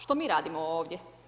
Što mi radimo ovdje?